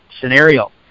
scenario